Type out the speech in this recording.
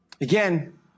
Again